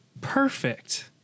Perfect